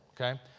Okay